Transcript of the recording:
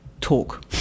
talk